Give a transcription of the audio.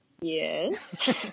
yes